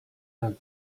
and